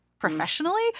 professionally